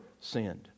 sinned